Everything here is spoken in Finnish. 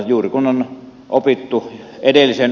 juuri kun on opittu edellisen